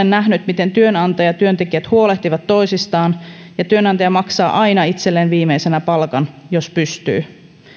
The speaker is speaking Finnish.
nähnyt miten etenkin perheyrityksissä työnantaja ja työntekijät huolehtivat toisistaan ja työnantaja maksaa aina itselleen viimeisenä palkan jos pystyy